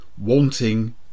wanting